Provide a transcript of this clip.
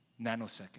Nanosecond